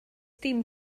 dim